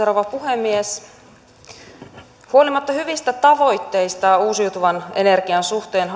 rouva puhemies huolimatta hyvistä tavoitteistaan uusiutuvan energian suhteen